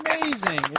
Amazing